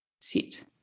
sit